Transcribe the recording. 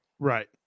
Right